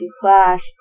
clash